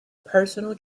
personal